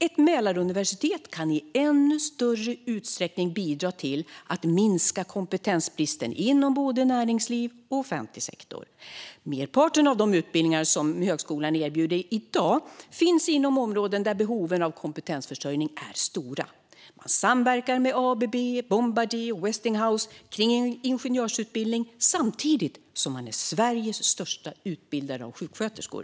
Ett Mälaruniversitet kan i ännu större utsträckning bidra till att minska kompetensbristen inom både näringsliv och offentlig sektor. Merparten av de utbildningar som högskolan erbjuder i dag finns inom områden där behoven av kompetensförsörjning är stora. Man samverkar med ABB, Bombardier och Westinghouse när det gäller ingenjörsutbildning samtidigt som man är Sveriges största utbildare av sjuksköterskor.